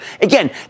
Again